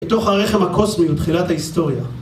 בתוך הרחם הקוסמי ותחילת ההיסטוריה.